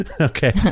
okay